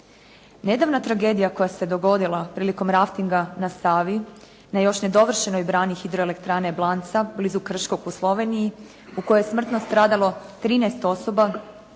Nedavna tragedija koja se dogodila prilikom raftinga na Savi, na još nedovršenoj brani hidroelektrane Blanca, blizu Krškog u Sloveniji, u kojoj se smrtno stradalo 13 osoba,